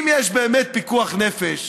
אם יש באמת פיקוח נפש,